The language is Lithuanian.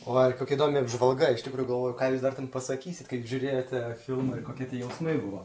oi kokia įdomi apžvalga iš tikrųjų galvoju ką jūs dar ten pasakysit kai žiūrėjote filmą ir kokie tie jausmai buvo